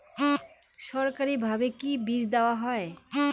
সরকারিভাবে কি বীজ দেওয়া হয়?